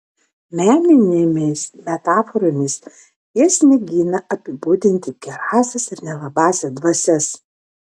meninėmis metaforomis jis mėgina apibūdinti gerąsias ir nelabąsias dvasias